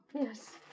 Yes